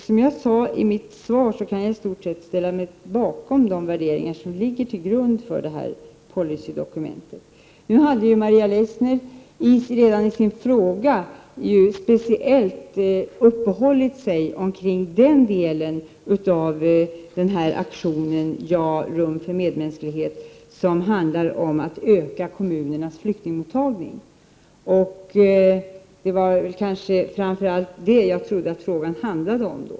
Som jag sade i mitt svar kan jag ställa mig bakom de värderingar som ligger till grund för policydokumentet. Maria Leissner uppehöll sig speciellt i sin fråga kring den del av aktionen ”Ja — rum för medmänsklighet” som handlar om att öka kommunernas flyktingmottagning. Det var framför allt detta jag trodde frågan handlade om.